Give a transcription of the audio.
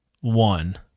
one